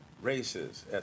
races